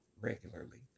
regularly